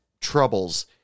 troubles